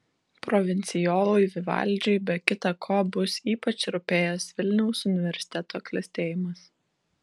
provincijolui vivaldžiui be kita ko bus ypač rūpėjęs vilniaus universiteto klestėjimas